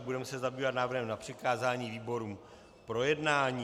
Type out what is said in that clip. Budeme se zabývat návrhem na přikázání výborům k projednání.